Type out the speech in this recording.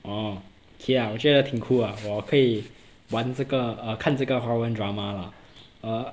K ah 我觉得挺酷啊我可以玩这个哦看这个华文 drama 啦哦